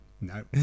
No